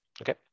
Okay